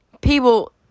people